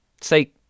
say